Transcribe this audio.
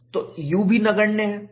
तो U भी नगण्य है